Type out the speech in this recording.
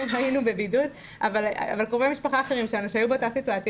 והיינו בבידוד אבל קרובי משפחה אחרים שלנו שהיו באותה סיטואציה